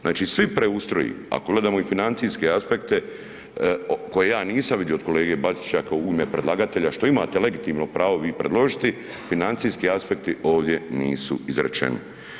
Znači, svi preustroji ako gledamo i financijske aspekte koje ja nisam vidio od kolege Bačića kao u ime predlagatelja što imate legitimno pravo vi predložiti, financijski aspekti ovdje nisu izrečeni.